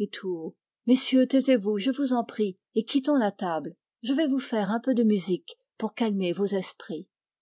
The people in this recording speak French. et tout haut messieurs taisez-vous je vous en prie et quittons la table je vais vous faire un peu de musique pour calmer vos esprits